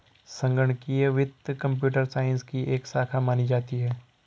संगणकीय वित्त computer science की एक शाखा मानी जाती है